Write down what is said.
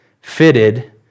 fitted